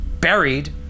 buried